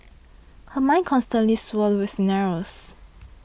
her mind constantly swirled with scenarios